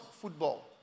football